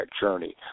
journey